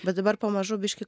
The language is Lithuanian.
bet dabar pamažu biškį